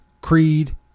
creed